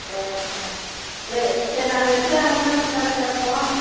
ஜெயமணிங்களா சரி சரி நாங்கள் எப்படியும் அஞ்சு மணிக்கு கடை திறப்போம்